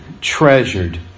treasured